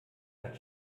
hat